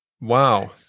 Wow